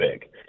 big